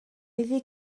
iddi